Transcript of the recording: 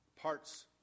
parts